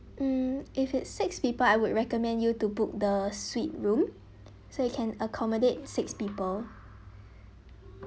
mm if it's six people I would recommend you to book the suite room so it can accommodate six people